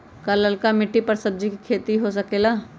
का लालका मिट्टी कर सब्जी के भी खेती हो सकेला?